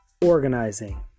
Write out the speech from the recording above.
organizing